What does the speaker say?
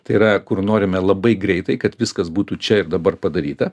tai yra kur norime labai greitai kad viskas būtų čia ir dabar padaryta